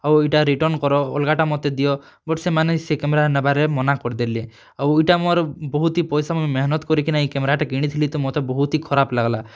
ଆଉ ଏଇଟା ରିଟର୍ନ କର ଅଲଗାଟା ମତେ ଦିଅ ବଟ ସେମାନେ ସେ କ୍ୟାମେରା ନେବାରେ ମନା କରିଦେଲେ ଆଉ ଇଟା ମୋର ବହୁତ ହି ପଇସା ମୁଁ ମେହନତ କରିକିନା ଏଇ କ୍ୟାମେରାଟା କିଣିଥିଲି ତ ମତେ ବହୁତ ହି ଖରାପ ଲାଗଲା